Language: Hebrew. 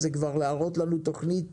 זה כבר להראות לנו תוכנית